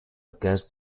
cast